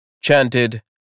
chanted